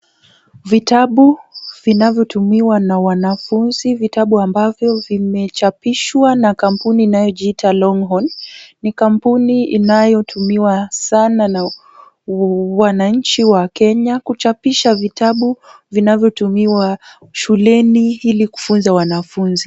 Vitabu vinavyotumiwa na wanafunzi. Vitabu ambavyo vimechapishwa na kampuni inayojiita Longhorn, ni kampuni inayotumiwa sana na wananchi wa Kenya kuchapisha vitabu vinavyotumiwa shuleni, ili kufunza wanafunzi.